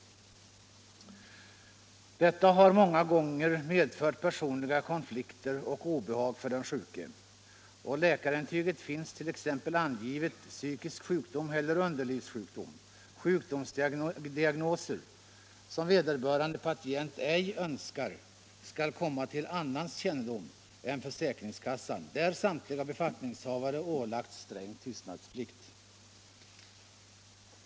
Detta har många gånger medfört personliga konflikter och obehag för den sjuke. På läkarintyget finns t.ex. angivet ”psykisk sjukdom” eller ”underlivssjukdom”, sjukdomsdiagnoser som vederbörande patient ej önskar skall komma till annans kännedom än försäkringskassans, där samtliga befattningshavare ålagts sträng tystnadsplikt.